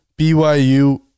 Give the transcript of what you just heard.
BYU